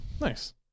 nice